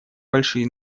большие